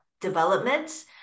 developments